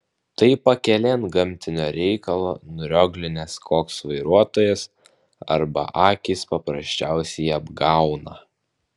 tai pakelėn gamtinio reikalo nurioglinęs koks vairuotojas arba akys paprasčiausiai apgauna